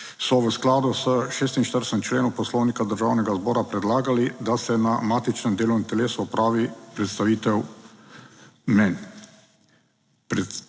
so v skladu s 46. členom Poslovnika Državnega zbora predlagali, da se na matičnem delovnem telesu opravi predstavitev mnenj.